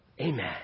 Amen